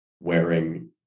wearing